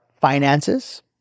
finances